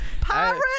Pirate